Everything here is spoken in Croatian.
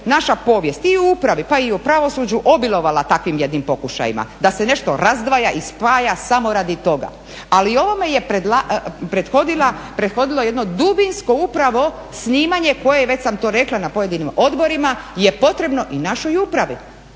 naša povijest i u upravi pa i u pravosuđu obilovala takvim jednim pokušajima da se nešto razdvaja i spaja samo radi toga. Ali o ovome je prethodilo jedno dubinsko upravo snimanje koje je već sam to rekla na pojedinim odborima je potrebno i našoj upravi.